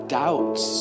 doubts